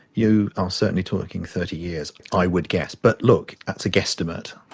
you are certainly talking thirty years i would guess. but look, that's a guesstimate.